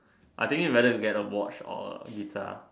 I thinking of whether to get her watch or a guitar